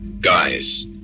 Guy's